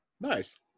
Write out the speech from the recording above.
Nice